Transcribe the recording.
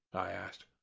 i asked.